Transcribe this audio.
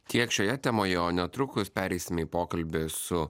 tiek šioje temoje o netrukus pereisime į pokalbį su